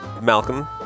Malcolm